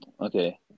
Okay